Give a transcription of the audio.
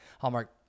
Hallmark